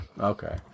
okay